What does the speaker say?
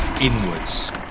inwards